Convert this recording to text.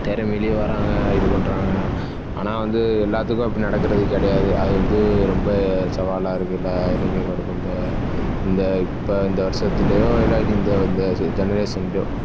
திறமைலியும் வராங்க இது பண்ணுறாங்க ஆனால் வந்து எல்லாத்துக்கும் அப்படி நடக்கிறது கிடையாது அது வந்து ரொம்ப சவாலாக இருக்குது எல்லா இளைஞர்களுக்கு வந்து இந்த இப்போ இந்த வர்ஷத்துலேயோ இல்லாட்டி இந்த இந்த ஜெனரேஷன்லியோ